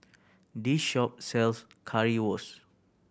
this shop sells Currywurst